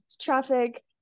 traffic